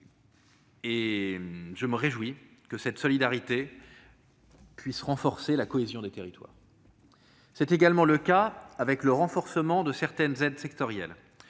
Je me réjouis de cette solidarité, qui renforce la cohésion des territoires. Je pense également au renforcement de certaines aides sectorielles.